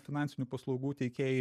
finansinių paslaugų teikėjai